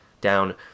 down